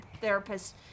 therapist's